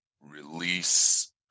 release